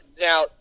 Now